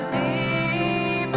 a